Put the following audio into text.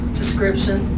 description